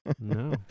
No